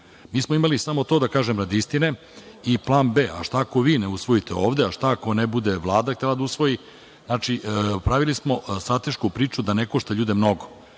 smo imali samo to da kažemo radi istine i plan B, a šta ako vi ne usvojite ovde, a šta ako ne bude Vlada htela da usvoji. Znači, pravili smo stratešku priču da ne košta ljude mnogo,